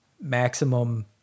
maximum